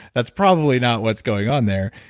that's probably not what's going on there.